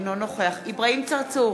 אינו נוכח אברהים צרצור,